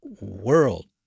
world